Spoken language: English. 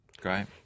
Great